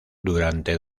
durante